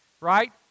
right